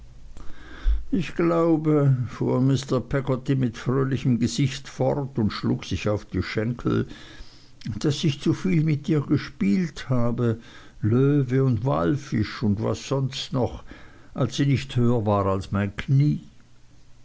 ich glaube fuhr mr peggotty mit fröhlichem gesicht fort und schlug sich auf die schenkel daß ich zu viel mit ihr gespielt habe löwe und walfisch und was sonst noch als sie nicht höher war als mein knie